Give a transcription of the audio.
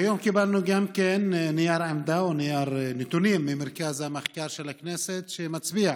היום גם קיבלנו נייר עמדה או נייר נתונים ממרכז המחקר של הכנסת שמצביע